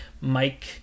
Mike